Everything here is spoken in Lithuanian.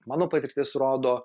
mano patirtis rodo